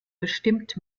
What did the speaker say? bestimmt